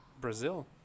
Brazil